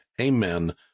amen